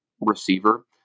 receiver